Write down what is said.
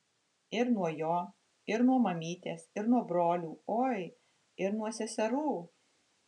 ir nuo jo ir nuo mamytės ir nuo brolių oi ir nuo seserų